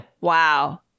wow